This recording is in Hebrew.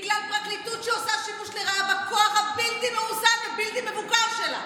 בגלל פרקליטות שעושה שימוש לרעה בכוח הבלתי-מאוזן והבלתי-מבוקר שלה,